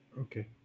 Okay